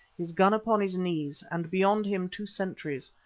his gun upon his knees, and beyond him two sentries.